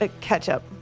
Ketchup